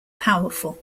powerful